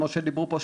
כמו שדיברו פה,